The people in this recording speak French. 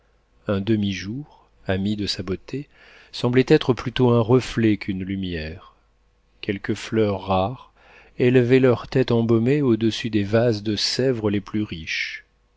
un demi-jour ami de sa beauté semblait être plutôt un reflet qu'une lumière quelques fleurs rares élevaient leurs têtes embaumées au-dessus des vases de sèvres les plus riches